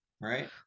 Right